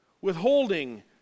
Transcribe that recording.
withholding